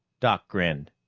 doc grinned.